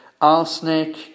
arsenic